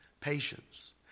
patience